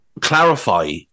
clarify